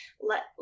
let